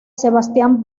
sebastian